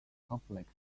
conflict